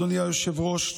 אדוני היושב-ראש,